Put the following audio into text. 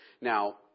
Now